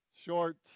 Short